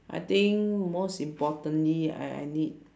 I think most importantly I I need